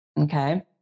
Okay